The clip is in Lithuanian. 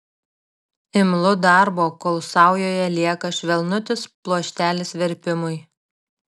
imlu darbo kol saujoje lieka švelnutis pluoštelis verpimui